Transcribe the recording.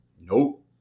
Nope